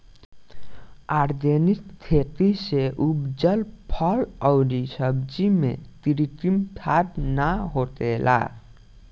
organic खेती से उपजल फल अउरी सब्जी में कृत्रिम खाद ना होखेला